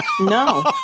No